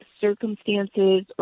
circumstances